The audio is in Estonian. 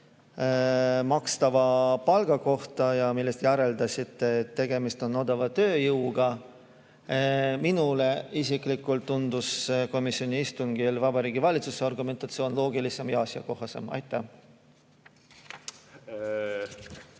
makstavast palgast, ning järeldasite, et tegemist on odava tööjõuga. Minule isiklikult tundus komisjoni istungil Vabariigi Valitsuse argumentatsioon loogilisem ja asjakohasem. Aitäh!